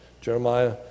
Jeremiah